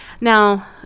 Now